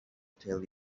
tell